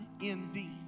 indeed